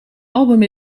album